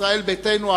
ישראל ביתנו,